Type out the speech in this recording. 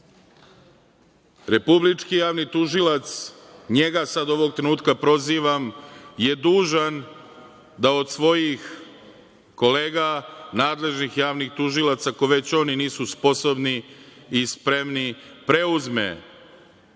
Republički javni tužilac, njega sada ovog trenutka prozivam, je dužan da od svojih kolega, nadležnih javnih tužilaca, ako već oni nisu sposobni i spremni, preuzme